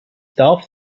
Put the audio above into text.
darf